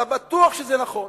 אתה בטוח שזה נכון.